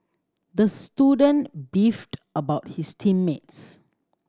the student beefed about his team mates